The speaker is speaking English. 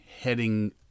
heading